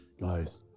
guys